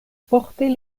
forte